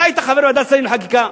אתה היית חבר ועדת שרים לחקיקה,